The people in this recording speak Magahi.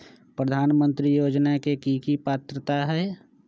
प्रधानमंत्री योजना के की की पात्रता है?